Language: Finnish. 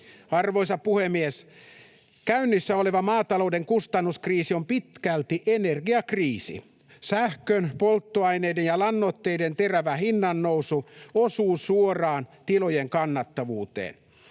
Arvoisa puhemies! Käynnissä oleva maatalouden kustannuskriisi on pitkälti energiakriisi. Sähkön, polttoaineiden ja lannoitteiden terävä hinnannousu osuu suoraan tilojen kannattavuuteen.